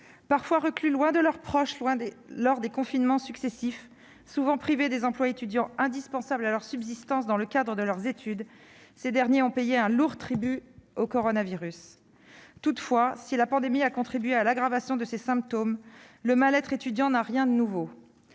Parfois reclus loin de leurs proches lors des confinements successifs, souvent privés des emplois étudiants indispensables à leur subsistance dans le cadre de leurs études, ces derniers ont payé un lourd tribut au coronavirus. Toutefois, si la pandémie a contribué à l'aggravation des symptômes du mal-être étudiant, celui-ci n'a rien de nouveau.